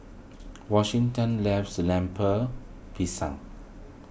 Washington loves Lemper Pisang